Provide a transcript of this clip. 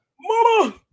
Mama